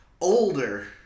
Older